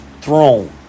throne